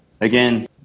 again